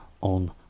on